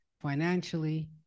financially